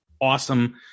awesome